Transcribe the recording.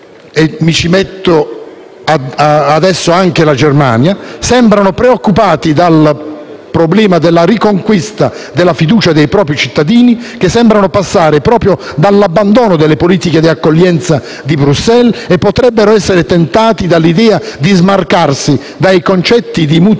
cui aggiungo adesso anche la Germania, sembrano preoccupati dal problema della riconquista della fiducia dei propri cittadini che sembra passare proprio dall'abbandono delle politiche di accoglienza di Bruxelles e potrebbero essere tentati dall'idea di smarcarsi dai concetti di mutualità,